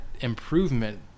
improvement